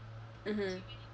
mmhmm